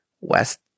West